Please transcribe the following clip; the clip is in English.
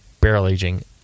barrel-aging